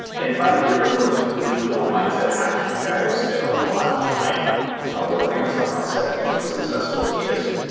and finally, you're going to learn some really cool mindset hacks from a guy who's spent a lot of time working on his own mindset to become as successful as he is.